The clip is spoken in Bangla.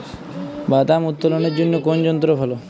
বাদাম উত্তোলনের জন্য কোন যন্ত্র ভালো?